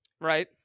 Right